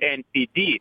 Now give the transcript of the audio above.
en py dy